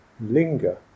linger